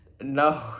no